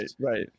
right